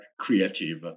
creative